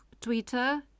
Twitter